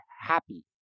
happy